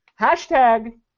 hashtag